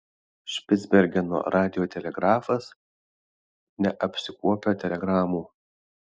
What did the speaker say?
špicbergeno radiotelegrafas neapsikuopia telegramų